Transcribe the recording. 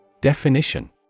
Definition